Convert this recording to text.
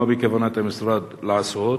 מה בכוונת המשרד לעשות?